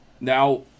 Now